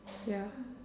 ya